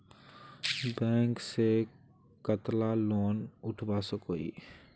Bank से कतला loan उठवा सकोही?